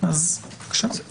בבקשה.